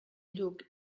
lluc